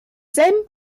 selben